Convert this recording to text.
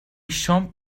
شام